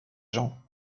gens